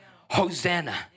Hosanna